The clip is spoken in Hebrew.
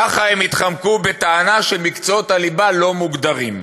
ככה הם התחמקו, בטענה שמקצועות הליבה לא מוגדרים.